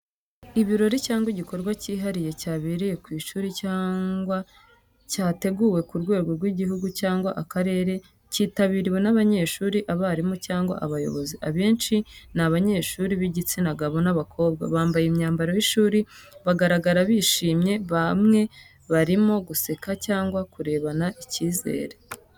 Ibirori cyangwa igikorwa cyihariye cyabereye ku ishuri cyangwa cyateguwe ku rwego rw’igihugu cyangwa akarere cyitabiriwe n’abanyeshuri, abarimu cyangwa abayobozi. Abenshi ni abanyeshuri b’igitsina gabo n’abakobwa, bambaye imyambaro y’ishuri bagaragara bishimye, bamwe barimo guseka cyangwa kurebana icyizere.